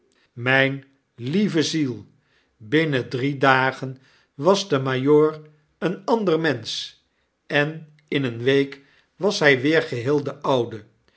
mjjn lieve ziel binnen drie dagen was de majoor seen ander mensch en in eene week was hij weer rgeheel de oude